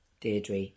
Deirdre